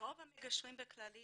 רוב המגשרים בכללית,